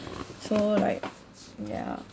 so like ya